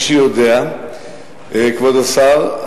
כבוד השר,